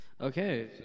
Okay